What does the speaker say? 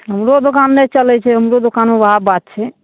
हमरो दोकान नहि चलै छै हमरो दोकानमे वएह बात छै